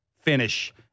finish